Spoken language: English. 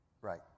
right